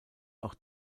auch